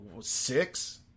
Six